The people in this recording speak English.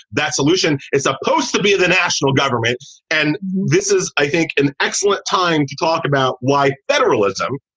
that solution is supposed to be the national governments and. this is, i think, an excellent time to talk about why federalism,